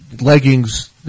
leggings